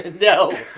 No